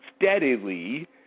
steadily